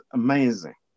amazing